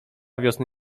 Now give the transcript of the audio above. wiosny